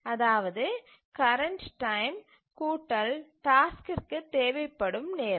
அதாவது current time கூட்டல் டாஸ்க்கிற்கு தேவைப்படும் நேரம்